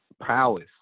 prowess